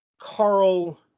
Carl